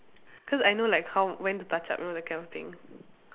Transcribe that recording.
cause I know like how when to touch up you know that kind of thing